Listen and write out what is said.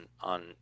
on